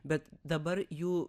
bet dabar jų